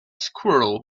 squirrel